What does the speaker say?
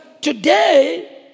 today